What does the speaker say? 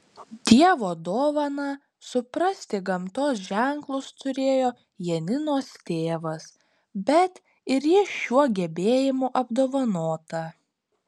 dievo dovaną suprasti gamtos ženklus turėjo janinos tėvas bet ir ji šiuo gebėjimu apdovanota